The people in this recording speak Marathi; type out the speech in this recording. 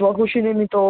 तर स्वखुशीने मी तो